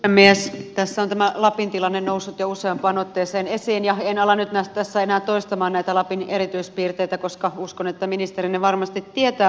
tässä on tämä lapin tilanne noussut jo useampaan otteeseen esiin ja en ala nyt tässä enää toistamaan näitä lapin erityispiirteitä koska uskon että ministeri ne varmasti tietää